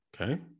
Okay